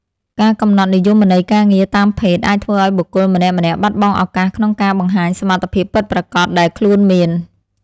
ការកំណត់និយមន័យការងារតាមភេទអាចធ្វើឱ្យបុគ្គលម្នាក់ៗបាត់បង់ឱកាសក្នុងការបង្ហាញសមត្ថភាពពិតប្រាកដដែលខ្លួនមាន។